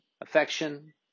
affection